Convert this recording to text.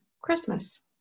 Christmas